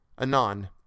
Anon